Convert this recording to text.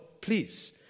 please